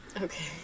Okay